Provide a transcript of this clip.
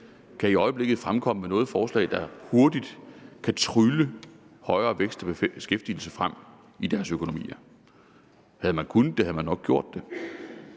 land i øjeblikket kan fremkomme med noget forslag, der hurtigt kan trylle højere vækst og beskæftigelse frem i deres økonomier. Havde man kunnet det, havde man nok gjort det.